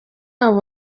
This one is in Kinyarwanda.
wabo